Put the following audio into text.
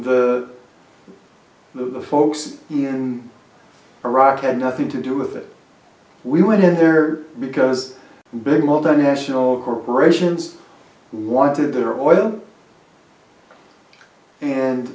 the folks in iraq had nothing to do with it we went in there because big multinational corporations who wanted their oil and